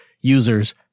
users